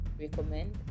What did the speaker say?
recommend